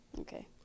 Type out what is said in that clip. Okay